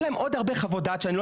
אין להם עוד הרבה חוות דעת שאני לא